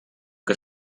que